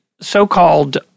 so-called